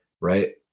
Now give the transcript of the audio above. right